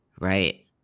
right